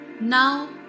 now